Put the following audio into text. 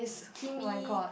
Kimmy